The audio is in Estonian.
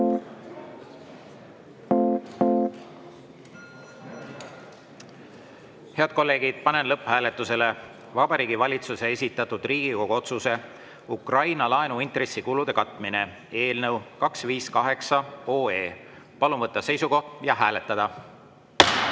Head kolleegid, panen lõpphääletusele Vabariigi Valitsuse esitatud Riigikogu otsuse "Ukraina laenu intressikulude katmine" eelnõu 258. Palun võtta seisukoht ja hääletada!